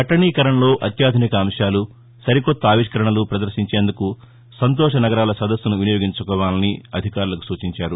పట్టణీకరణలో అత్యాధునిక అంశాలు సరికొత్త ఆవిష్కరణలు పదర్శించేందుకు సంతోష నగరాల సదస్సును వినియోగించుకోవాలని అధికారులకు సూచించారు